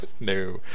No